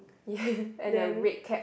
and the red cap